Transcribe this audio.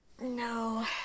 No